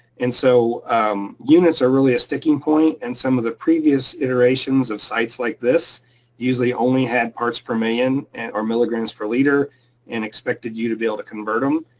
and so units are really a sticking point, and some of the previous iterations of sites like this usually only had parts per million and or milligrams per liter and expected you to be able to convert them.